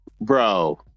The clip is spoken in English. bro